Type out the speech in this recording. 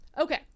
okay